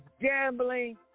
gambling